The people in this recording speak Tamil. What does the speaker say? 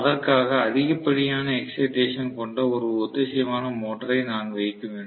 அதற்காக அதிகப்படியான எக்ஸைடேசன் கொண்ட ஒரு ஒத்திசைவான மோட்டாரை நான் வைக்க வேண்டும்